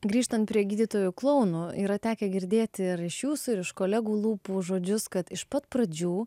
grįžtant prie gydytojų klounų yra tekę girdėti ir iš jūsų ir iš kolegų lūpų žodžius kad iš pat pradžių